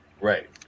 Right